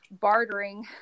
bartering